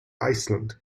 iceland